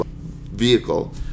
vehicle